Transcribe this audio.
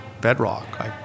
bedrock